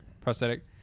Prosthetic